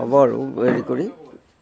হ'ব আৰু হেৰি কৰি